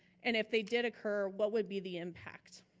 and if they did occur, what would be the impact